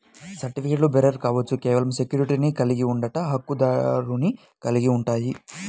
సర్టిఫికెట్లుబేరర్ కావచ్చు, కేవలం సెక్యూరిటీని కలిగి ఉండట, హక్కుదారుని కలిగి ఉంటాయి,